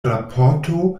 raporto